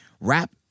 Rap